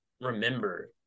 remember